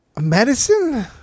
Medicine